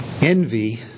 Envy